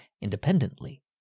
independently